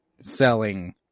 selling